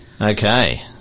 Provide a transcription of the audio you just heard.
Okay